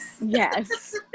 Yes